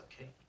Okay